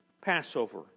Passover